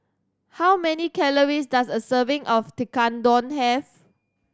how many calories does a serving of Tekkadon have